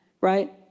right